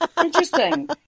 Interesting